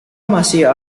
masih